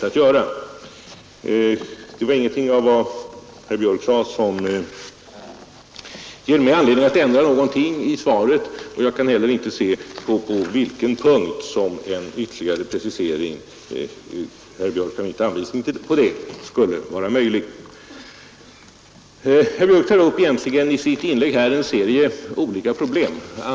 I vad herr Björck här sade finns det ingenting som ger mig anledning ändra något i svaret, och jag kan inte se på vilka punkter som en ytterligare precisering skulle vara erforderlig. Herr Björck gav inte heller någon anvisning på det. Sedan tog herr Björck i sitt inlägg upp en serie olika problem.